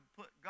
put